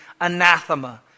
anathema